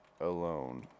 alone